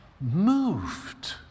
moved